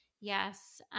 Yes